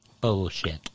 Bullshit